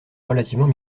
relativement